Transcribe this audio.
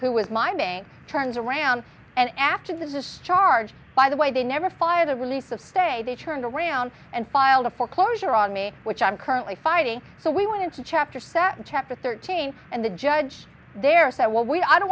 who was minding turns around and after the discharge by the way they never fired a relief to say they turned around and filed a foreclosure on me which i'm currently fighting so we went into chapter sat in chapter thirteen and the judge there said well wait i don't